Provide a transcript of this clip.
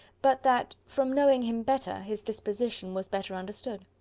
but that, from knowing him better, his disposition was better understood.